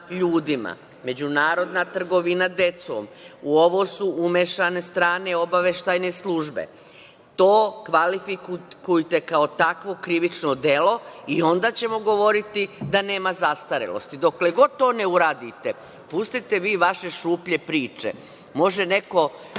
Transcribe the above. ljudima, međunarodna trgovina decom, u ovo su umešane strane obaveštajne službe. To kvalifikujte kao takvo krivično delo i onda ćemo govoriti da nema zastarelosti. Dokle god to ne uradite, pustite vi vaše šuplje priče. Može neko